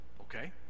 Okay